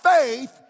faith